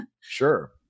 sure